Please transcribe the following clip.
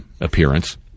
appearance